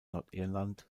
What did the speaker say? nordirland